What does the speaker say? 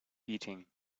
eating